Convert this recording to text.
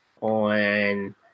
on